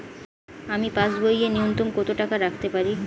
আমি পাসবইয়ে ন্যূনতম কত টাকা রাখতে পারি?